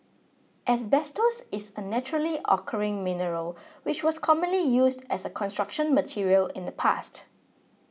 asbestos is a naturally occurring mineral which was commonly used as a Construction Material in the past